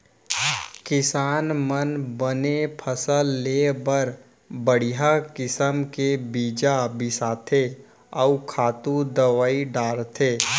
किसान मन बने फसल लेय बर बड़िहा किसम के बीजा बिसाथें अउ खातू दवई डारथें